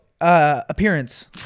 Appearance